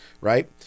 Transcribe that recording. right